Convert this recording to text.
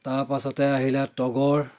তাৰ পাছতে আহিলে তগৰ